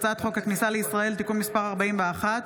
הצעת חוק הכניסה לישראל (תיקון מס' 41)